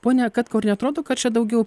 pone katkau ar neatrodo kad čia daugiau